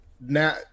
Now